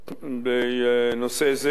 בנושא זה.